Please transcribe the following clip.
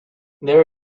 there